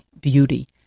beauty